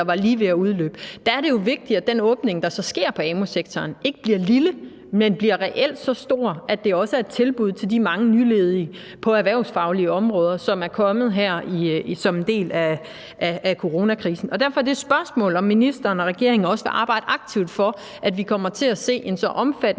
eller var lige ved at udløbe. Der er det jo vigtigt, at den åbning, der så sker på amu-sektoren, ikke bliver lille, men reelt bliver så stor, at det også er et tilbud til de mange nyledige på erhvervsfaglige områder, der er kommet her som en del af coronakrisen. Og derfor er det et spørgsmål, om ministeren og regeringen også vil arbejde aktivt for, at vi kommer til at se en så omfattende